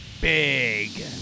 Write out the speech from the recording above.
big